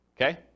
Okay